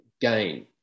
gain